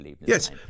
Yes